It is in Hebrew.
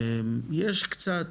יש קצת,